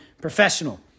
professional